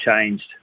changed